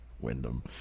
Wyndham